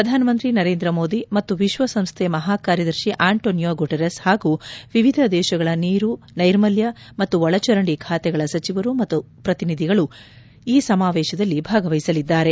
ಪ್ರಧಾನಮಂತ್ರಿ ನರೇಂದ್ರ ಮೋದಿ ಮತ್ತು ವಿಶ್ವಸಂಸ್ಥೆ ಮಹಾಕಾರ್ಯದರ್ಶಿ ಆಂಟಾನಿಯೋ ಗುಟಿರಸ್ ಹಾಗೂ ವಿವಿಧ ದೇಶಗಳ ನೀರು ನೈರ್ಮಲ್ಲ ಮತ್ತು ಒಳಚರಂಡಿ ಖಾತೆಗಳ ಸಚಿವರು ಮತ್ತು ಪ್ರತಿನಿಧಿಗಳು ಸಹ ಈ ಸಮಾವೇಶದಲ್ಲಿ ಭಾಗವಹಿಸಲಿದ್ದಾರೆ